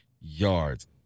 yards